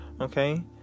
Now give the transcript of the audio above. Okay